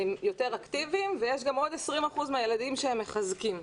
הם יותר אקטיביים ויש גם עוד 20 אחוזים מהילדים שהם מחזקים.